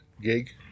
gig